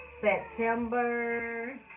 September